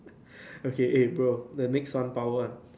okay eh bro the next one power one